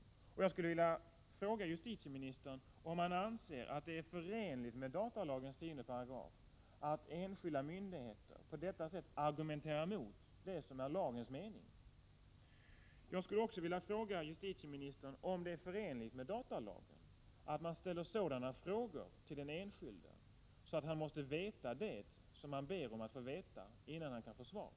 Nr 9 Jag skulle vilja fråga justitieministern om han anser att det är förenligt med Tisdagen den datalagens 10 § att enskilda myndigheter på detta sätt argumenterar emotdet — 16 oktober 1984 som är lagens mening? datalagen att man ställer sådana frågor till den enskilde, att han måste veta patienter om sjukdet som han ber om att få veta, innan han kan få svar.